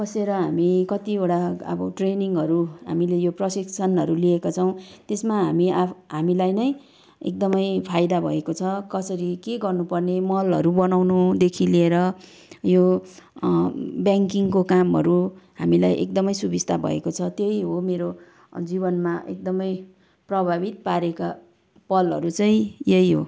पसेर हामी कतिवटा अब ट्रेनिङहरू हामीले यो प्रशिक्षणहरू लिएका छौँ त्यसमा हामी आफू हामीलाई नै एकदमै फाइदा भएको छ कसरी के गर्नुपर्ने मलहरू बनाउनुदेखि लिएर यो ब्याङ्किङको कामहरू हामीलाई एकदमै सुबिस्ता भएको छ त्यही हो मेरो जीवनमा एकदमै प्रभावित पारेका पलहरू चाहिँ यही हो